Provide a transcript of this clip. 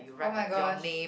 oh-my-gosh